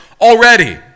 already